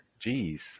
Jeez